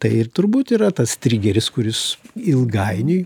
tai ir turbūt yra tas trigeris kuris ilgainiui